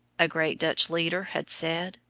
a great dutch leader had said.